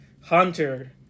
Hunter